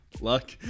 Luck